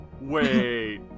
Wait